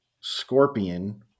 scorpion